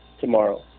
tomorrow